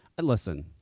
listen